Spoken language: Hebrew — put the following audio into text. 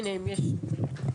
הינה, יש.